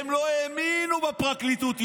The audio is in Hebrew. הם לא האמינו בפרקליטות.